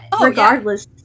regardless